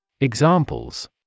Examples